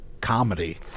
comedy